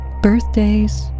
Birthdays